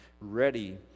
ready